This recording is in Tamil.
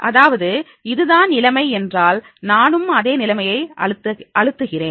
அதாவது இதுதான் நிலைமை என்றால் நானும் அதே நிலைமையை அழுத்துகிறேன்